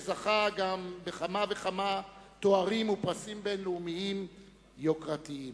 שזכה גם בכמה וכמה תארים ופרסים בין-לאומיים יוקרתיים.